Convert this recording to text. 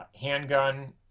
handgun